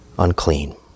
unclean